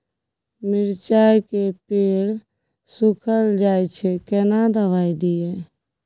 मिर्चाय के पेड़ सुखल जाय छै केना दवाई दियै?